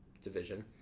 division